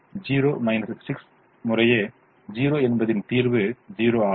0 6 முறை 0 என்பதின் தீர்வு ௦ ஆகும்